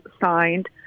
signed